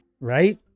Right